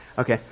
Okay